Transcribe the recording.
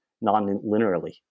non-linearly